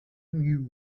new